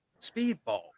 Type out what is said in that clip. speedball